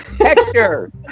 texture